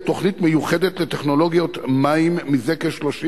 תוכנית מיוחדת לטכנולוגיות מים זה כ-30 שנה,